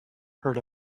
heard